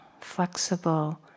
flexible